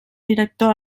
director